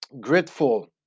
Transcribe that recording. grateful